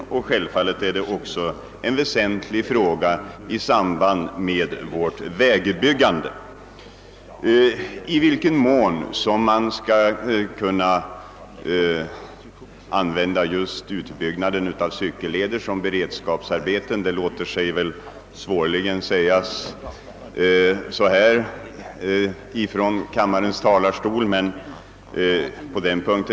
Huruvida utbyggnaden av cykelleder kan lämpa sig som beredskapsarbeten låter sig väl svårligen bedömas från denna talarstol.